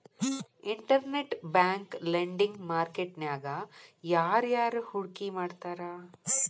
Internet bank lending market ನ್ಯಾಗ ಯಾರ್ಯಾರ್ ಹೂಡ್ಕಿ ಮಾಡ್ತಾರ?